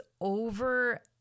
over